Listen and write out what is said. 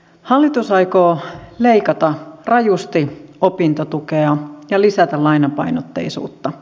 hallitus aikoo leikata rajusti opintotukea ja lisätä lainapainotteisuutta